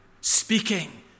speaking